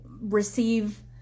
receive